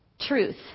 truth